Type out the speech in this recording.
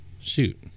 shoot